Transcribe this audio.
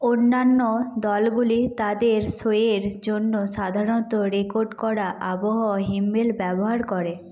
অন্যান্য দলগুলি তাদের শোয়ের জন্য সাধারণত রেকর্ড করা আবহ হিমেল ব্যবহার করে